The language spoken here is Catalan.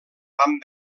van